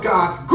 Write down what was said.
God's